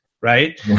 right